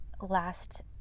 last